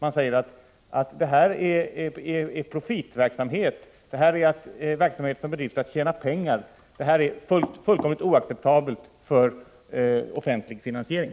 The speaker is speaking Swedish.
Man säger att det är profitverksamhet, en verksamhet som bedrivs för att tjäna pengar — det är fullkomligt oacceptabelt för offentlig finansiering.